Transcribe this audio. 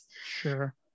sure